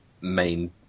main